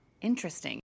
interesting